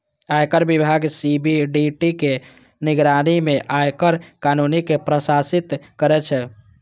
आयकर विभाग सी.बी.डी.टी के निगरानी मे आयकर कानून कें प्रशासित करै छै